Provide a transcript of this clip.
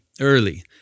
early